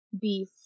beef